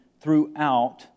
throughout